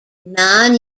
non